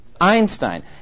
Einstein